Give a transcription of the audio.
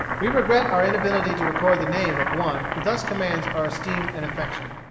we regret our inability to record the name of one who thus commands our esteem and affection.